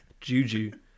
Juju